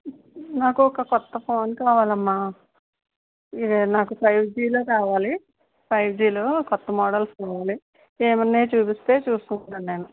నాకు ఒక కొత్త ఫోన్ కావాలమ్మా ఇదే నాకు ఫైవ్ జి లో కావాలి ఫైవ్ జీలో కొత్త మోడల్స్ కావాలి ఏమున్నాయి చూపిస్తే చూసుకుంటాను నేను